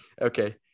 okay